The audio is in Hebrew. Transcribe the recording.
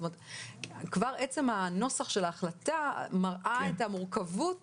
זאת אומרת כבר עצם הנוסח של ההחלטה מראה את המורכבות